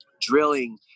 drilling